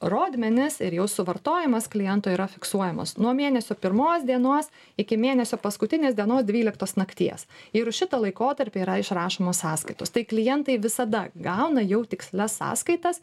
rodmenys ir jau suvartojimas kliento yra fiksuojamas nuo mėnesio pirmos dienos iki mėnesio paskutinės dienos dvyliktos nakties ir už šitą laikotarpį yra išrašomos sąskaitos tai klientai visada gauna jau tikslias sąskaitas